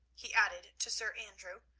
he added to sir andrew,